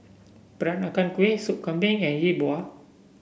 Peranakan Kueh Soup Kambing and Yi Bua